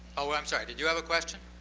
oh, i'm sorry, did you have a question?